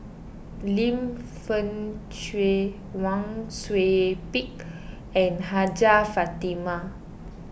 Lim Fei Shen Wang Sui Pick and Hajjah Fatimah